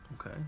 Okay